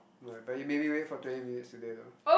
no like but you made me wait for twenty minutes today though